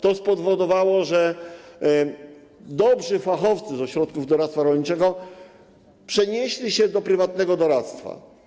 To spowodowało, że dobrzy fachowcy z ośrodków doradztwa rolniczego przenieśli się do prywatnego doradztwa.